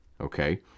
okay